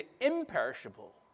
imperishable